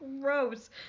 gross